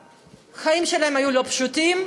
שהחיים שלהם לא היו פשוטים,